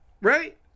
Right